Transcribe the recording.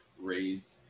raised